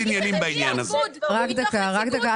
רק דקה, רק דקה.